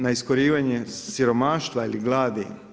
Na iskorijevanje siromaštva ili gladi?